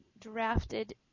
drafted